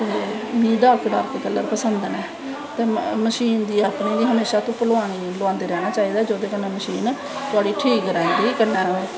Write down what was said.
ते मिगी dark dark colour पसंद नै ते मशीन दी हमेशा गै अपनी गी धुप्प लोआंदे रौह्नां चाही दा जेह्दे कन्नैं थोआड़ी ठीक रैंह्दी कन्नैं